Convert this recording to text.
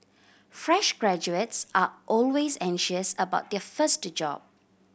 fresh graduates are always anxious about their first job